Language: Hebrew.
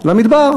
למדבר.